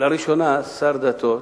שר דתות,